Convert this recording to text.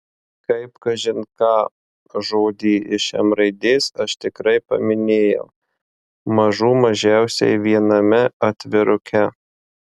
kaip kažin ką žodį iš m raidės aš tikrai paminėjau mažų mažiausiai viename atviruke